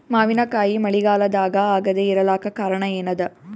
ಮಾವಿನಕಾಯಿ ಮಳಿಗಾಲದಾಗ ಆಗದೆ ಇರಲಾಕ ಕಾರಣ ಏನದ?